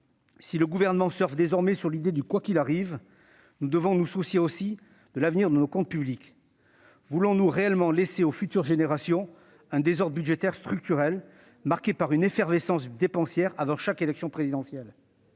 si le Gouvernement surfe désormais sur l'idée du « quoi qu'il arrive », nous devons nous soucier aussi de l'avenir de nos comptes publics. Voulons-nous réellement laisser aux futures générations un désordre budgétaire structurel, marqué par une effervescence dépensière avant chaque élection présidentielle ?